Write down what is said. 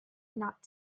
not